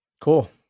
Cool